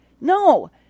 No